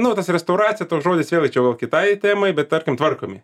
nu tas restauracija toks žodis vėlgi čia jau kitai temai bet tarkim tvarkomi